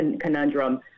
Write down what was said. conundrum